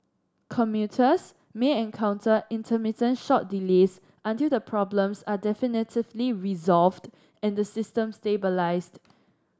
commuters may encounter intermittent short delays until the problems are definitively resolved and the system stabilised